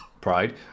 Pride